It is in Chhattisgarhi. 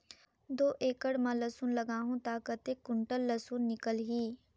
दो एकड़ मां लसुन लगाहूं ता कतेक कुंटल लसुन निकल ही?